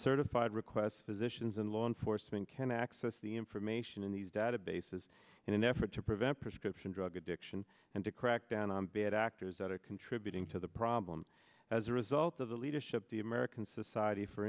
certified requests physicians and law enforcement can access the information in these databases in an effort to prevent prescription drug addiction and to crack down on bad actors that are contributing to the problem as a result of the leadership the american society for